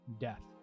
death